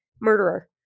murderer